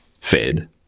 fed